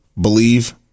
believe